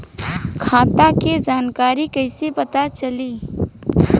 खाता के जानकारी कइसे पता चली?